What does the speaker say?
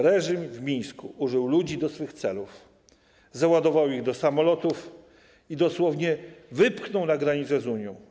Reżim w Mińsku użył ludzi do swych celów, załadował ich do samolotów i dosłownie wypchnął na granicę z Unią.